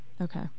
Okay